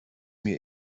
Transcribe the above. mir